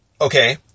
Okay